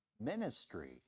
ministry